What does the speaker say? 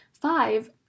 Five